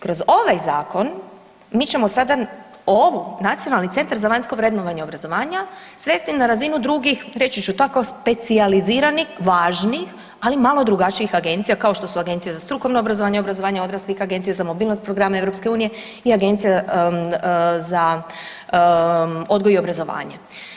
Kroz ovaj zakon mi ćemo sada ovu Nacionalni centar za vanjsko vrednovanje obrazovanja svesti na razinu drugih reći ću tako specijaliziranih važnih ali malo drugačijih agencija kao što su Agencija za strukovno obrazovanje i obrazovanje odraslih, Agencija za mobilnost i programe EU i Agencija za odgoj i obrazovanje.